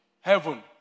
heaven